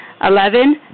Eleven